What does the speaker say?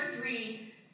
three